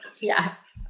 yes